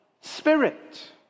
spirit